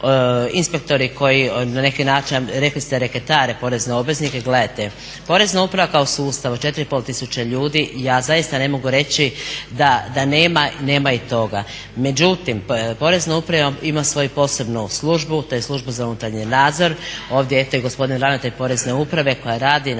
inspektori koji na neki način rekli ste reketare porezne obveznike. Gledajte, Porezna uprava kao sustav od 4500 ljudi, ja zaista ne mogu reći da nema i toga, međutim Porezna uprava ima svoju posebnu službu, to je služba za unutarnji nadzor. Ovdje je i gospodin ravnatelj Porezne uprave koja radi na